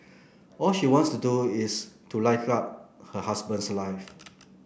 all she wants to do is to light up her husband's life